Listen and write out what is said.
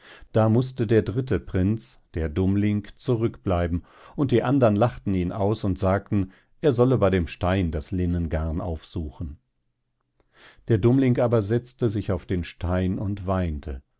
da mußte der dritte prinz der dummling zurück bleiben und die andern lachten ihn aus und sagten er sollte bei dem stein das linnengarn aufsuchen der dummling aber setzte sich auf den stein und weinte